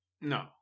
No